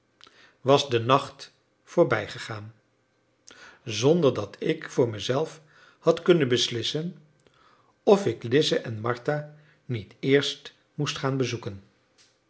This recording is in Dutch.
was de nacht voorbijgegaan zonder dat ik voor mezelf had kunnen beslissen of ik lize en martha niet eerst moest gaan bezoeken